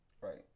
Right